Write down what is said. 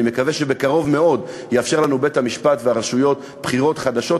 ואני מקווה שבקרוב מאוד יאפשרו לנו בית-המשפט והרשויות בחירות חדשות,